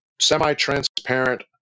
semi-transparent